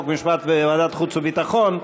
חוק ומשפט וועדת החוץ והביטחון,